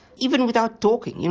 even without talking, and